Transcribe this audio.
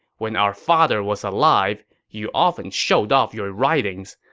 when our father was alive, you often showed off your writings,